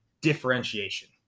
differentiation